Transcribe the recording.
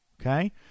Okay